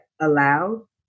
aloud